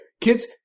kids